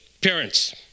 Parents